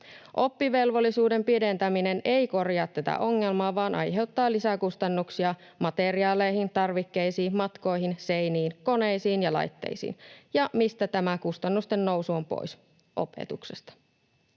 Oppivelvollisuuden pidentäminen ei korjaa tätä ongelmaa vaan aiheuttaa lisäkustannuksia materiaaleihin, tarvikkeisiin, matkoihin, seiniin, koneisiin ja laitteisiin. Ja mistä tämä kustannusten nousu on pois? Opetuksesta.